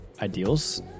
Ideals